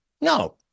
No